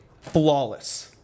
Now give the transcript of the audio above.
flawless